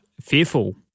fearful